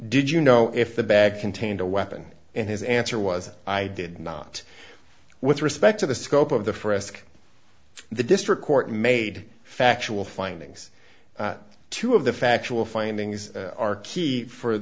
did you know if the bag contained a weapon and his answer was i did not with respect to the scope of the for risk the district court made factual findings two of the factual findings are key for